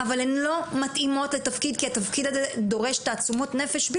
כי הילדים הגדולים נדרשים לשמור על האחים הקטנים שלהם,